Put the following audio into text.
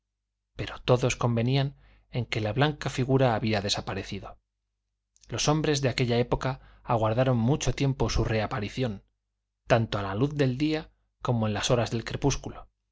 pero todos convenían en que la blanca figura había desaparecido los hombres de aquella época aguardaron mucho tiempo su reaparición tanto a la luz del día como en las horas del crepúsculo